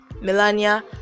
melania